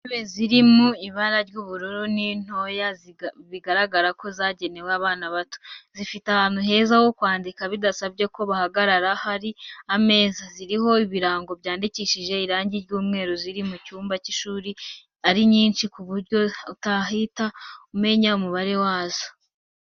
Intebe ziri mu ibara ry'ubururu ni ntoya bigaragara ko zagenewe abana bato, zifite ahantu heza ho kwandikira bidasabye ko haba hari ameza, ziriho ibirango byandikishije irangi ry'umweru ziri mu cyumba cy'ishuri ari nyinshi ku buryo utahita umenya umubare wazo.